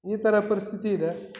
ಈ ಥರ ಪರಿಸ್ಥಿತಿಯಿದೆ